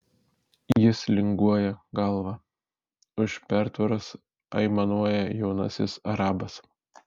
jis linguoja galva už pertvaros aimanuoja jaunasis arabas